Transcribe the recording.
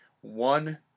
One